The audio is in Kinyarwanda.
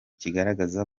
kigaragaza